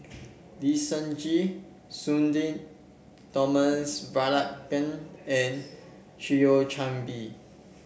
Lee Seng Gee Sudhir Thomas Vadaketh and Thio Chan Bee